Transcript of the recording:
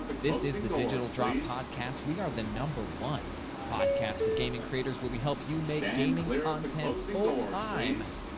this is the digital drop podcast. we are the number one podcast for gaming creators where we help you make gaming content full-time.